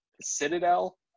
Citadel